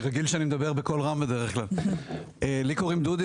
לי קוראים דודי,